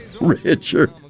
Richard